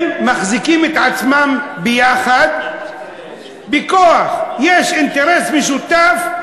הם מחזיקים את עצמם יחד בכוח, יש אינטרס משותף,